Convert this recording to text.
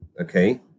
okay